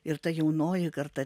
ir ta jaunoji karta